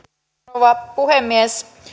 rouva puhemies